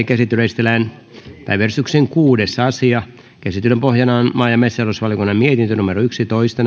käsittelyyn esitellään päiväjärjestyksen kuudes asia käsittelyn pohjana on maa ja metsätalousvaliokunnan mietintö yksitoista